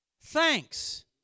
thanks